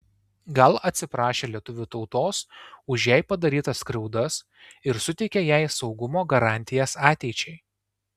gal atsiprašė lietuvių tautos už jai padarytas skriaudas ir suteikė jai saugumo garantijas ateičiai